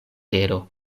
tero